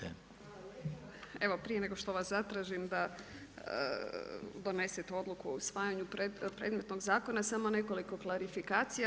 Evo prije nego što vas zatražim da donesete odluku o usvajanju predmetnog zakona samo nekoliko klarifikacija.